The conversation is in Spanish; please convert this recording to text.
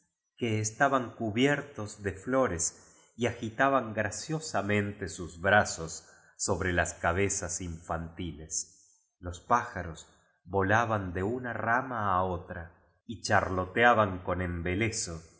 que estaban cu biertos de flores y agitaban graciosa mente sus brazos sobre las cabezas in fantiles los pájaros volaban de una rama á otra y charloteaban con embeleso